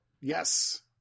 Yes